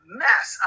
mess